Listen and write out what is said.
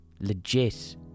Legit